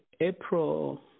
April